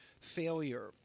failure